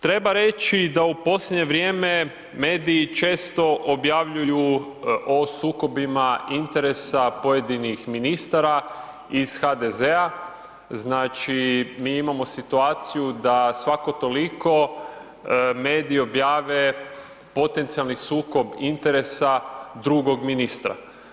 Treba reći da u posljednje vrijeme mediji često objavljuju o sukobima interesa pojedinih ministara iz HDZ-a znači mi imamo situaciju da svako toliko mediji objave potencijalni sukob interesa drugog ministra.